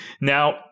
Now